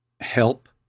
help